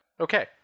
Okay